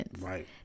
right